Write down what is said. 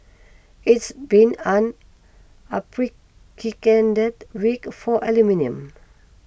it's been an unprecedented week for aluminium